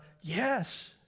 yes